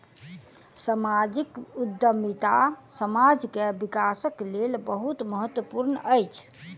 सामाजिक उद्यमिता समाज के विकासक लेल बहुत महत्वपूर्ण अछि